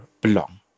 belong